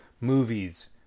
movies